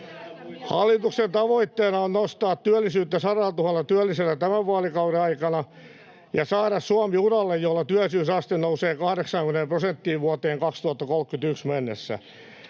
Hallituksen tavoitteena on nostaa työllisyyttä 100 000 työllisellä tämän vaalikauden aikana ja saada Suomi uralle, jolla työllisyysaste nousee 80 prosenttiin vuoteen 2031 mennessä.